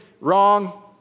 wrong